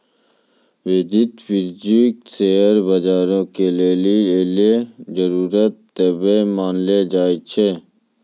वित्तीय पूंजी शेयर बजारो के लेली एगो जरुरी तत्व मानलो जाय छै